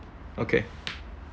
okay